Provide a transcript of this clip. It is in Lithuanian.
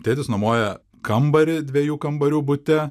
tėtis nuomoja kambarį dviejų kambarių bute